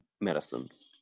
medicines